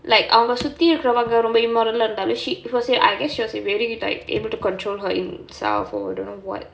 like அவங்க சுத்தி இருக்குறவங்க ரொம்ப:avanga suththi irukkuravanga romba immoral ah இருந்தாலோ:irunthaalo she people say I guess she was very like able to control her em~ self or don't know [what]